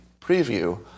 preview